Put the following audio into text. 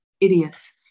idiots